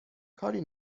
کاری